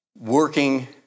working